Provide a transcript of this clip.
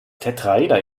tetraeder